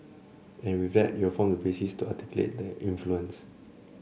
and with that it'll form the basis to articulate that influence